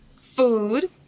food